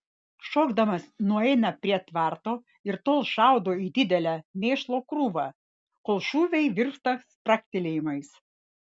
šokdamas nueina prie tvarto ir tol šaudo į didelę mėšlo krūvą kol šūviai virsta spragtelėjimais